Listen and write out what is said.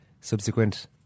subsequent